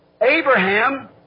Abraham